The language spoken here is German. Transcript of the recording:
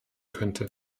könnte